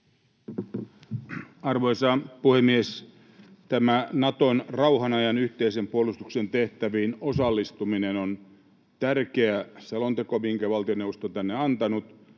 Arvoisa puhemies! Tämä selonteko Naton rauhanajan yhteisen puolustuksen tehtäviin osallistumisesta on tärkeä selonteko, minkä valtioneuvosto on tänne antanut.